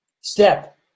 Step